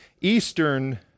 Eastern